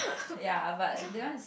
ya but because